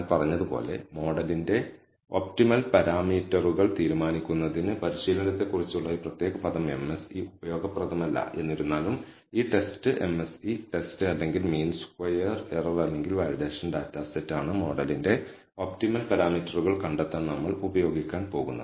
ഞാൻ പറഞ്ഞതുപോലെ മോഡലിന്റെ ഒപ്റ്റിമൽ പാരാമീറ്ററുകൾ തീരുമാനിക്കുന്നതിന് പരിശീലനത്തെക്കുറിച്ചുള്ള ഈ പ്രത്യേക പദം MSE ഉപയോഗപ്രദമല്ല എന്നിരുന്നാലും ഈ ടെസ്റ്റ് MSE ടെസ്റ്റ് അല്ലെങ്കിൽ മീൻ സ്ക്വയർ എറർ അല്ലെങ്കിൽ വാലിഡേഷൻ ഡാറ്റ സെറ്റ് ആണ് മോഡലിന്റെ ഒപ്റ്റിമൽ പാരാമീറ്ററുകൾ കണ്ടെത്താൻ നമ്മൾ ഉപയോഗിക്കാൻ പോകുന്നത്